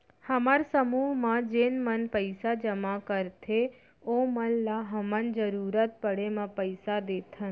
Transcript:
हमर समूह म जेन मन पइसा जमा करथे ओमन ल हमन जरूरत पड़े म पइसा देथन